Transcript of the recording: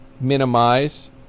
minimize